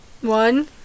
One